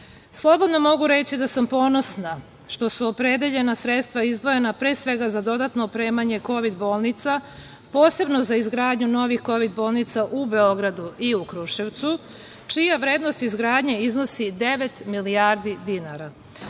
mogu reći da sam ponosna što su opredeljena sredstva izdvojena pre svega za dodatno opremanje kovid bolnica, posebno za izgradnju novih kovid bolnica u Beogradu i u Kruševcu čija vrednost izgradnje iznosi 9 milijardi dinara,